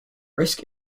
risk